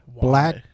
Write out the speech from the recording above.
Black